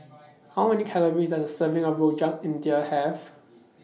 How Many Calories Does A Serving of Rojak India Have